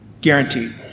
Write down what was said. guaranteed